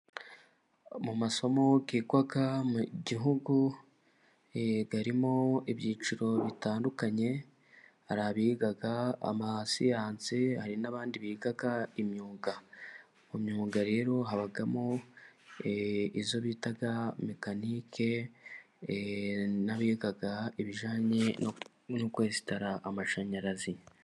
Mu masomo yigwa mu Gihugu, harimo ibyiciro bitandukanye. Hari abiga amasiyansi, hari n'abandi biga imyuga. Mu myuga rero habamo iyo bita mekanike, n'abiga ibijyanye no kwesitara amashanyarazi.